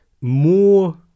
more